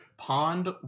Pond